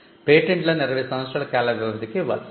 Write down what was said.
పేటెంట్లను 20 సంవత్సరాలు కాల వ్యవధికి ఇవ్వాల్సిందే